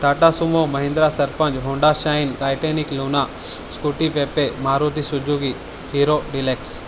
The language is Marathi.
Tata Sumo Mahindra Sarpanch Honda Shine Titanic Luna Scooty Pep Maruti Suzuki Hero deluxe